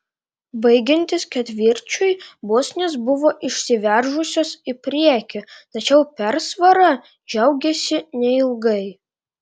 baigiantis ketvirčiui bosnės buvo išsiveržusios į priekį tačiau persvara džiaugėsi neilgai